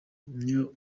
niyo